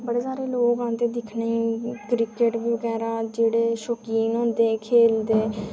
बड़े सारे लोक आंदे दिक्खने गी क्रिकेट बगैरा जेह्के शौकीन होंदे दिक्खने दे